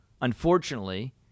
unfortunately